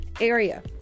area